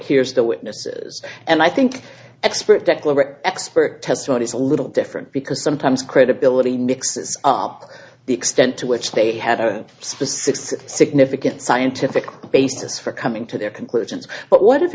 hears the witnesses and i think expert declaration expert testimony is a little different because sometimes credibility mixes up the extent to which they had a specific significant scientific basis for coming to their conclusions but what if